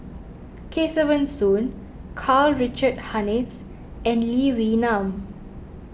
Kesavan Soon Karl Richard Hanitsch and Lee Wee Nam